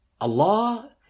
Allah